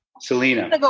Selena